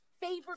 Favorite